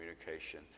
communication